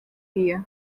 wie